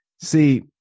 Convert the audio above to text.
See